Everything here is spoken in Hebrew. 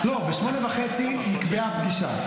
לא, ב-20:30 נקבעה פגישה.